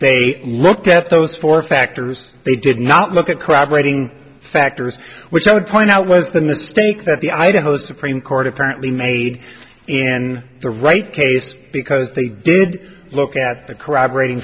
they looked at those four factors they did not look at corroborating factors which i would point out was the mistake that the idaho supreme court apparently made and the right case because they did look at the corroborat